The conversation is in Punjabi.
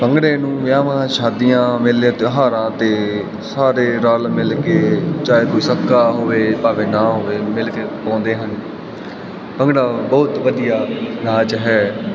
ਭੰਗੜੇ ਨੂੰ ਵਿਆਵਾਂ ਸ਼ਾਦੀਆਂ ਮੇਲੇ ਤਿਉਹਾਰਾਂ ਤੇ ਸਾਰੇ ਰਲ ਮਿਲ ਕੇ ਚਾਹੇ ਕੋਈ ਸਕਾ ਹੋਵੇ ਭਾਵੇਂ ਨਾ ਹੋਵੇ ਮਿਲ ਕੇ ਪਾਉਂਦੇ ਹਨ ਭੰਗੜਾ ਬਹੁਤ ਵਧੀਆ ਨਾਚ ਹੈ